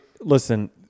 Listen